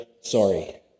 Sorry